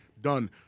done